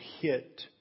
hit